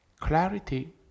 Clarity